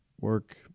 work